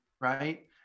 right